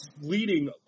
leading